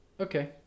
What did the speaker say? Okay